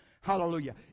Hallelujah